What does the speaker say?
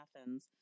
Athens